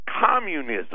Communism